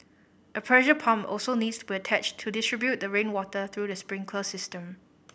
a pressure pump also needs to be attached to distribute the rainwater through the sprinkler system